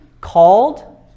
called